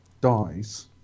dies